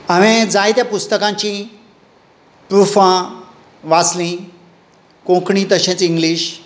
हांवें जायत्या पुस्तकांचीं प्रुफां वाचलीं कोंकणी तशेंच इंग्लीश